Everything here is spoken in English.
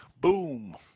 boom